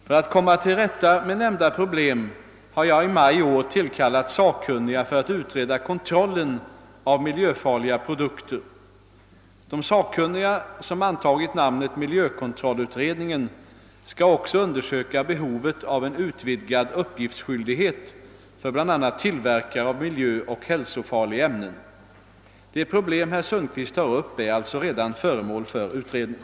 För att komma till rätta med nämnda problem har jag i maj i år tillkallat sakkunniga för att utreda kontrollen av miljöfarliga produkter. De sakkunniga — som antagit namnet miljökontrollutredningen — skall också undersöka behovet av en utvidgad uppgiftsskyldighet för bl.a. tillverkare av miljöoch hälsofarliga ämnen. Det problem herr Sundkvist tar upp är alltså redan föremål för utredning.